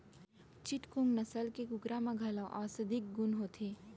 चिटगोंग नसल के कुकरा म घलौ औसधीय गुन होथे